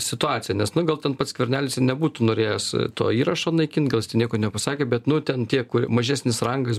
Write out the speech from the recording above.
situaciją nes nu gal ten pats skvernelis ir nebūtų norėjęs to įrašo naikint gal jis ten nieko nepasakė bet nu ten tie kur mažesnis rangas